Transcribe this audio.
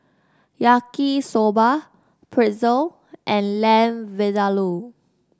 Yaki Soba Pretzel and Lamb Vindaloo